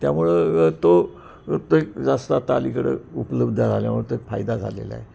त्यामुळं तो ते जास्त आता अलीकडं उपलब्ध झाल्यामुळे ते फायदा झालेला आहे